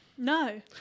No